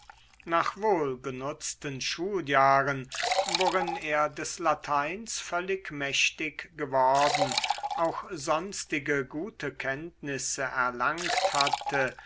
nach wohlgenutzten schuljahren worin er des lateins völlig mächtig geworden auch sonstige gute kenntnisse erlangt hatte